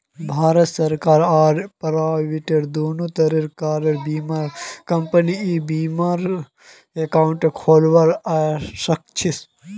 भारतत सरकारी आर प्राइवेट दोनों तरह कार बीमा कंपनीत ई बीमा एकाउंट खोलवा सखछी